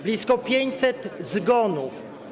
Blisko 500 zgonów.